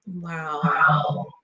Wow